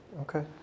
Okay